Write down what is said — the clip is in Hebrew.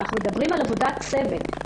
אנחנו מדברים על עבודת צוות,